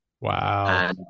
Wow